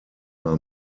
war